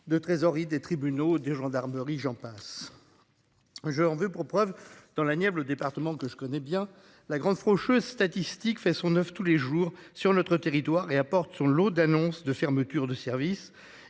de trésorerie des tribunaux de gendarmerie, j'en passe. J'en veux pour preuve dans la Nièvre, le département que je connais bien la grande faucheuse statistique fait sont neufs. Tous les jours sur notre territoire et apporte son lot d'annonces de fermetures de services.